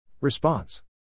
Response